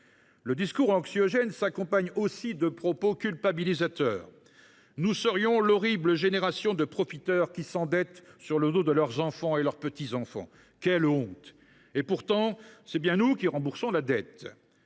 Le discours anxiogène s’accompagne aussi de propos culpabilisateurs. Nous serions l’horrible génération de profiteurs… C’est vrai !… qui s’endettent sur le dos de leurs enfants et petits enfants. Quelle honte ! Et pourtant, c’est bien nous qui remboursons la dette